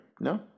No